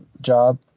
job